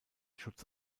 schutz